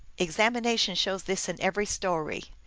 ex amination shows this in every story.